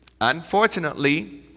unfortunately